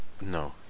no